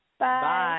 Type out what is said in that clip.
bye